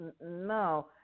No